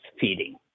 feeding